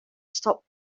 stop